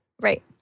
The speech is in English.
Right